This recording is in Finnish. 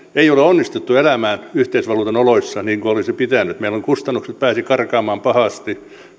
ei ole onnistuttu elämään yhteisvaluutan oloissa niin kuin olisi pitänyt meillä ovat kustannukset päässeet karkaamaan pahasti